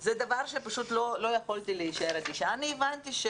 זה דבר שפשוט לא יכולתי להישאר אדישה אליו.